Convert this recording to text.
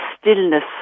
stillness